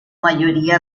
mayoría